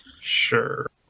Sure